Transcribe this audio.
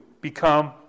become